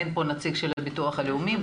אין פה נציג של ביטוח לאומי.